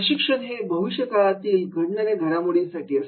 प्रशिक्षण हे भविष्यकाळात घडणाऱ्या घडामोडींसाठी असते